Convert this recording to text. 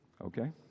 Okay